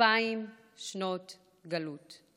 אלפיים שנות גלות.